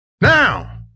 now